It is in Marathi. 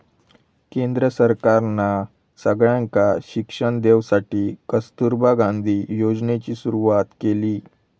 केंद्र सरकारना सगळ्यांका शिक्षण देवसाठी कस्तूरबा गांधी योजनेची सुरवात केली